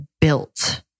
built